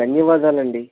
ధన్యవాదాలండి